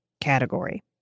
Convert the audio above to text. category